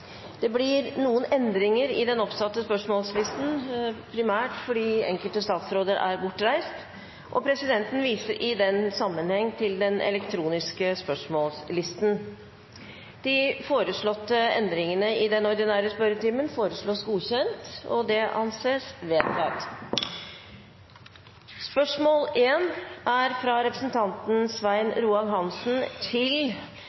Det blir noen endringer i den oppsatte spørsmålslisten. Presidenten viser i den sammenheng til den elektroniske spørsmålslisten. De foreslåtte endringer foreslås godkjent. – Det anses vedtatt. Endringene var som følger: Spørsmål 2, fra representanten Marianne Aasen til